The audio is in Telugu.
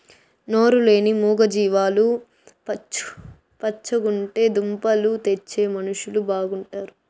నోరు లేని మూగ జీవాలు పచ్చగుంటే దుంపలు తెచ్చే మనుషులు బాగుంటారు